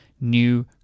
new